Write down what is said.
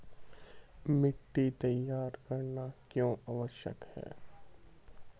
मिट्टी तैयार करना क्यों आवश्यक है?